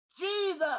Jesus